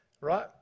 right